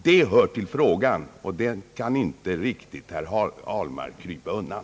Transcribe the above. Detta hör till frågan, och det kan herr Ahlmark inte riktigt krypa undan.